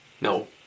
No